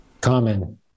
common